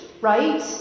right